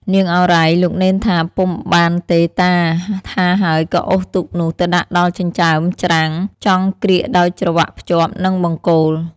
នាងឱរ៉ៃ លោកនេនថា "ពុំបានទេ តា!” ថាហើយក៏អូសទូកនោះ ទៅដាក់ដល់ចិញ្ចើមច្រាំង ចងក្រៀកដោយច្រវាក់ភ្ជាប់នឹងបង្គោល។